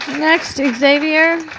next, xavier,